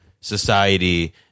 society